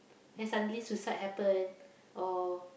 then suddenly suicide happen or